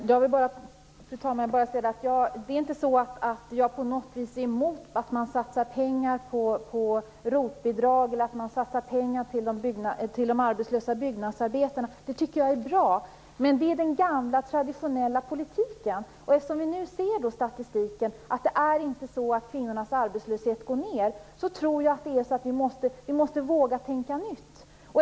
Fru talman! Jag vill bara säga att jag inte på något vis är emot att man satsar pengar på ROT-bidrag eller på de arbetslösa byggnadsarbetarna. Jag tycker att det är bra, men det är den gamla och traditionella politiken. Eftersom vi i statistiken kan se att kvinnornas arbetslöshet inte går ned, tror jag att vi måste våga tänka nytt.